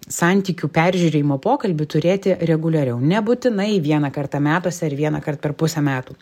santykių peržiūrėjimo pokalbį turėti reguliariau nebūtinai vieną kartą metuose ir vienąkart per pusę metų